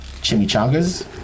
chimichangas